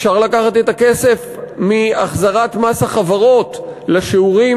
אפשר לקחת את הכסף מהחזרת מס החברות לשיעורים